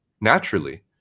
Naturally